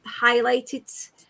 highlighted